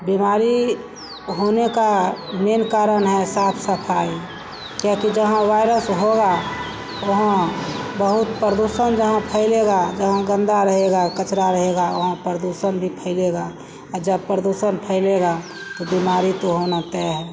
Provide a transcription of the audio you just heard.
बीमारी होने का मेन कारण है साफ़ सफ़ाई क्योंकि जहाँ वायरस होगा वहाँ बहुत प्रदूषण जहाँ फैलेगा जहाँ गन्दा रहेगा क़चरा रहेगा वहाँ प्रदूषण भी फैलेगा और जब प्रदूषण फैलेगा तो बीमारी तो होना तय है